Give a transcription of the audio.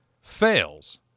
fails